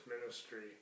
ministry